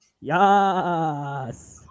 Yes